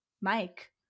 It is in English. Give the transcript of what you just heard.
Mike